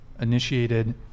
initiated